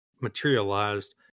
materialized